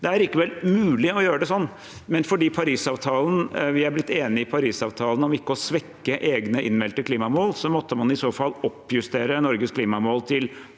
Det er likevel mulig å gjøre det slik, men fordi vi i Parisavtalen er blitt enige om ikke å svekke egne innmeldte klimamål, måtte man i så fall oppjustert Norges klimamål til